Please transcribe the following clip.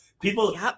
people